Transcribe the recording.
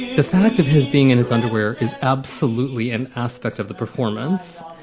the fact of his being in his underwear is absolutely an aspect of the performance,